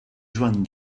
joan